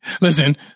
listen